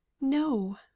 No